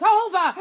over